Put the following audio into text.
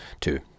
two